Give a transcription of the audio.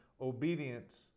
obedience